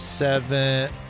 Seven